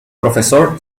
profesor